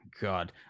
God